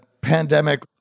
pandemic